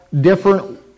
different